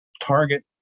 target